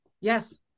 Yes